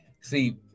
see